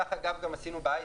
כך גם עשינו בהייטק.